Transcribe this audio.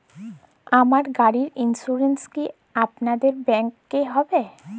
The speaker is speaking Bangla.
আমার গাড়ির ইন্সুরেন্স কি আপনাদের ব্যাংক এ হবে?